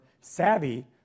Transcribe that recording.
savvy